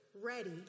ready